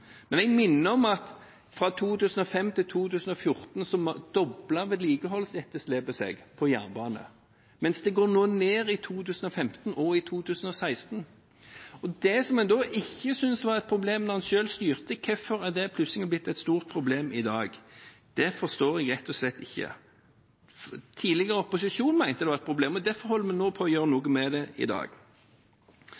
Men jeg vil minne om at fra 2005 til 2014 doblet vedlikeholdsetterslepet seg på jernbane, mens det går ned i 2015 og i 2016. Det som en ikke syntes var et problem da en selv styrte, hvorfor er det plutselig blitt et stort problem i dag? Det forstår jeg rett og slett ikke. Tidligere opposisjon mente det var et problem, og derfor holder vi på med å gjøre noe med det i dag.